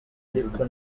ariko